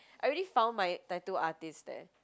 I already found my tattoo artist there